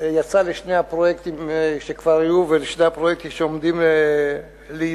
יצאה לשני הפרויקטים שכבר היו ולשני הפרויקטים שעומדים להתבצע.